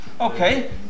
Okay